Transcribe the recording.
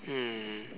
mm